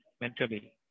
mentally